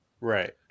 Right